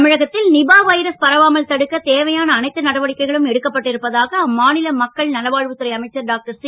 தமிழகத்தில் Nipah virus பரவாமல் தடுக்க தேவையான அனைத்து நடவடிக்கைகளும் எடுக்கப்பட்டிருப்பதாக அம்மாநில மக்கள் நல்வாழ்வுத்துறை அமைச்சர் டாக்டர் சி